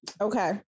okay